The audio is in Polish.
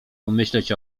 pomyśleć